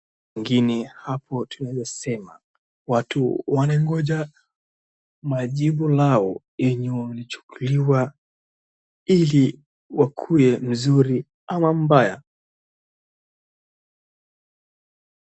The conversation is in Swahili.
Ingine hapo tunaeza sema watu wanagoja majibu lao yenye walichukuliwa ili wakuwe mzuri ama mbaya.